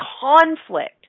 conflict